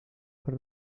per